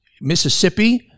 Mississippi